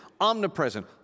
omnipresent